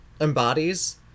embodies